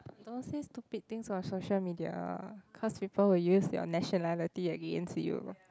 don't say stupid things on social media cause people will use your nationality against you